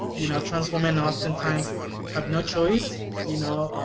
you know, trans women oftentimes have no choice, you know?